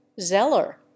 Zeller